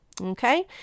Okay